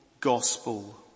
gospel